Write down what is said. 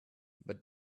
but